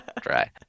Try